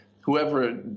whoever